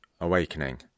awakening